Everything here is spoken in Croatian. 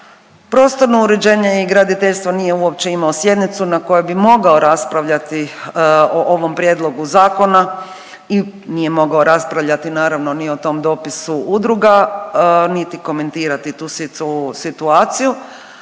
prostorno uređenje i graditeljstvo nije uopće imao sjednicu na kojoj bi mogao raspravljati o ovom prijedlogu zakona i nije mogao raspravljati naravno ni o tom dopisu udruga niti komentirati situaciju.